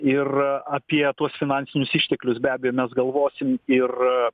ir apie tuos finansinius išteklius be abejo mes galvosim ir